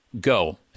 Go